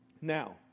Now